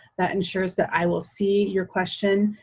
that ensures that i will see your question,